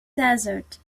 desert